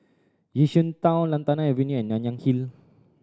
Yishun Town Lantana Avenue and Nanyang Hill